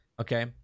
Okay